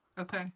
Okay